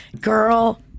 Girl